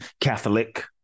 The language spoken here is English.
Catholic